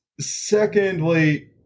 secondly